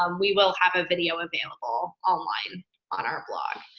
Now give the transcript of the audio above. um we will have a video available online on our blog.